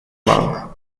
lang